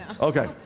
Okay